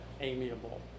amiable